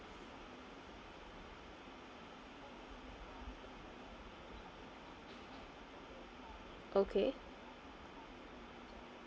okay